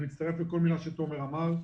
אני מצטרף לכל מילה שתומר אמר,